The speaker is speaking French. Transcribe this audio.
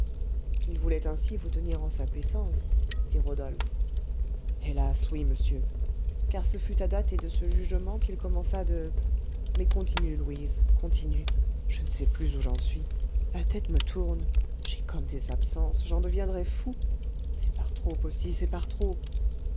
il voulait ainsi vous tenir en sa puissance dit rodolphe hélas oui monsieur car ce fut à dater de ce jugement qu'il commença de mais continue louise continue je ne sais plus où j'en suis la tête me tourne j'ai comme des absences j'en deviendrai fou c'est par trop aussi c'est par trop